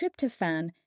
tryptophan